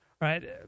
Right